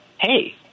hey